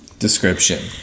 Description